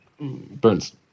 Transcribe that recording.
Burns